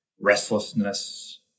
restlessness